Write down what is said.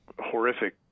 horrific